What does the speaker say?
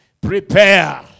prepare